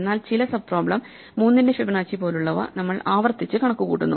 എന്നാൽ ചില sub problem 3 ന്റെ ഫിബൊനാച്ചി പോലുള്ളവ നമ്മൾ ആവർത്തിച്ച് കണക്കുകൂട്ടുന്നു